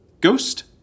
Ghost